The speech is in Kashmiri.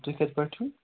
تُہۍ کَتہِ پٮ۪ٹھٕ چھِو